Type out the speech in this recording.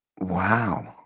Wow